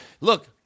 Look